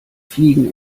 fliegen